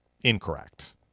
incorrect